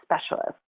specialist